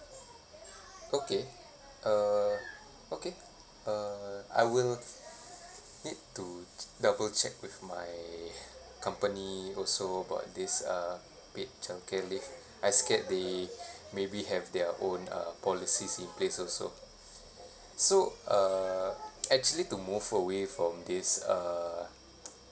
okay uh okay uh I will need to double check with my company also about this uh paid childcare leave I scare they maybe have their own uh policies in place also so uh actually to move away from this uh